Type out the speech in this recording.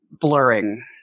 blurring